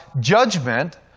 judgment